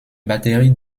batteries